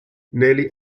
nearly